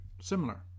similar